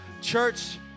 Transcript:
Church